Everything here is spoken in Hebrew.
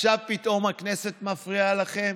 עכשיו פתאום הכנסת מפריעה לכם?